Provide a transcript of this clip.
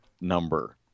number